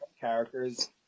characters